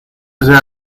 lleva